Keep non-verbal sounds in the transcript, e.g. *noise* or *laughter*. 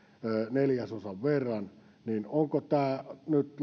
neljäsosan verran niin onko tämä nyt *unintelligible*